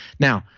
now,